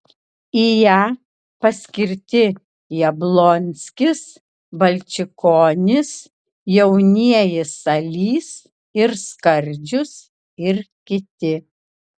į ją paskirti jablonskis balčikonis jaunieji salys ir skardžius ir kiti